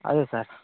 అదే సార్